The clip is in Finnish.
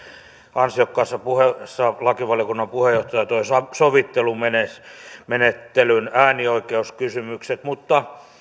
ansiokkaassa puheessaan lakivaliokunnan puheenjohtaja toi sovittelumenettelyn äänioikeuskysymykset mutta